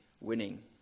winning